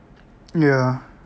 ya